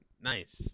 Nice